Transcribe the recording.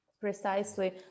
Precisely